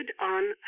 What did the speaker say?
on